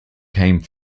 came